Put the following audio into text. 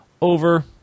over